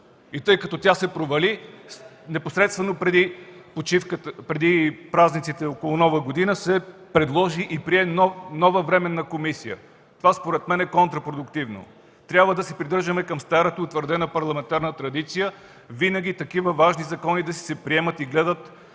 Тъй като тя се провали, непосредствено преди празниците около Нова година се предложи и прие нова Временна комисия. Според мен, това е контрапродуктивно. Трябва да се придържаме към старата, утвърдена парламентарна традиция винаги такива важни закони да се приемат и гледат